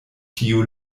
tiu